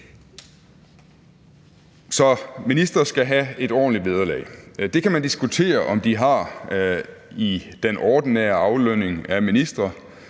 Så ministre skal have et ordentligt vederlag. Det kan man diskutere om de har i den ordinære aflønning af ministre.